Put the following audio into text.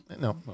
No